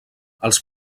els